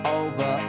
over